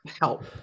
help